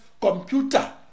computer